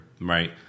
Right